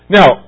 Now